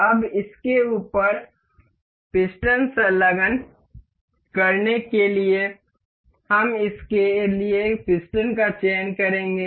अब इसके ऊपर पिस्टन संलग्न करने के लिए हम इसके लिए पिस्टन का चयन करेंगे